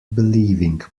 believing